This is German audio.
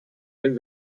wenn